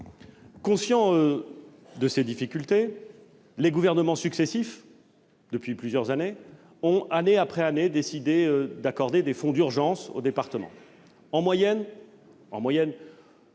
Conscients de ces difficultés, les gouvernements successifs ont, année après année, décidé d'accorder des fonds d'urgence aux départements.